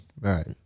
right